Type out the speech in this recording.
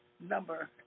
Number